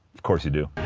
of course you do.